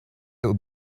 would